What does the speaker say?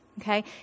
Okay